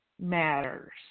matters